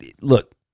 Look